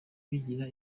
bigira